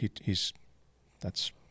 he's—that's—